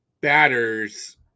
batters